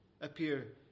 appear